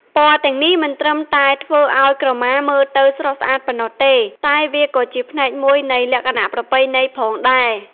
ពណ៌ទាំងនេះមិនត្រឹមតែធ្វើឱ្យក្រមាមើលទៅស្រស់ស្អាតប៉ុណ្ណោះទេ តែវាក៏ជាផ្នែកមួយនៃលក្ខណៈប្រពៃណីផងដែរ។